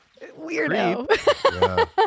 weirdo